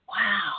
wow